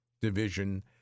division—